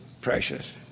precious